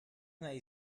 naj